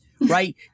right